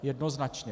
Jednoznačně.